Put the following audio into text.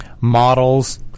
models